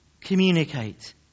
communicate